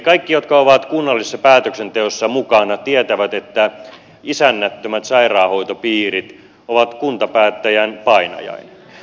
kaikki jotka ovat kunnallisessa päätöksenteossa mukana tietävät että isännättömät sairaanhoitopiirit ovat kuntapäättäjän painajainen